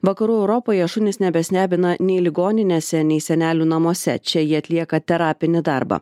vakarų europoje šunys nebestebina nei ligoninėse nei senelių namuose čia jie atlieka terapinį darbą